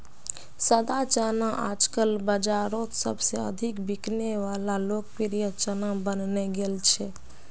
सादा चना आजकल बाजारोत सबसे अधिक बिकने वला लोकप्रिय चना बनने गेल छे